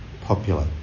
popular